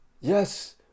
Yes